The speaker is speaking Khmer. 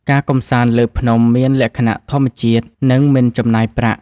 ការកម្សាន្តលើភ្នំមានលក្ខណៈធម្មជាតិ និងមិនចំណាយប្រាក់។